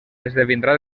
esdevindrà